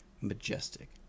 majestic